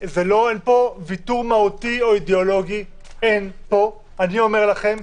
אין פה ויתור מהותי או אידיאולוגי, אני אומר לכם.